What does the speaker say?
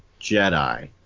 Jedi